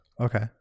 Okay